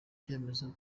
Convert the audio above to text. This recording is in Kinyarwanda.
icyemezo